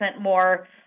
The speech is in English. more